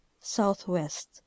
Southwest